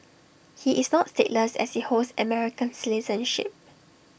he is not stateless as he holds American citizenship